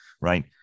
Right